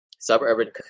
Suburban